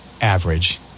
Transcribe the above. average